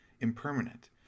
impermanent